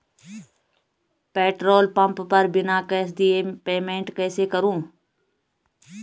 Petrol pump पर बिना cash दिए पेमेंट कैसे करूँ?